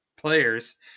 players